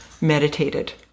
meditated